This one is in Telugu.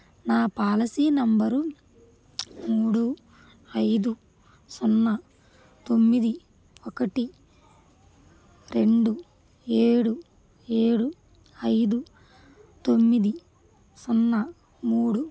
నా పాలసీ నంబరు మూడు ఐదు సున్నా తొమ్మిది ఒకటి రెండు ఏడు ఏడు ఐదు తొమ్మిది సున్నా మూడు